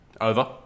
over